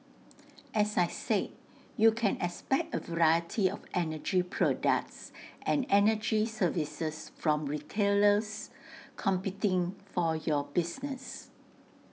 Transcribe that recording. as I said you can expect A variety of energy products and energy services from retailers competing for your business